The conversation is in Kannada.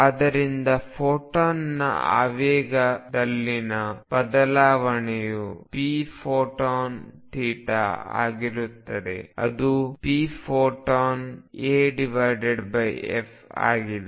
ಆದ್ದರಿಂದ ಫೋಟಾನ್ನ ಆವೇಗದಲ್ಲಿನ ಬದಲಾವಣೆಯು pphoton ಆಗಿರುತ್ತದೆ ಅದು pphotonaf ಆಗಿದೆ